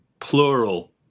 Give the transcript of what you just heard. plural